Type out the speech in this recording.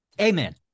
Amen